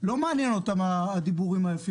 לא מעניין אותם הדיבורים היפים,